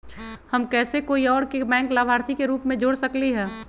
हम कैसे कोई और के बैंक लाभार्थी के रूप में जोर सकली ह?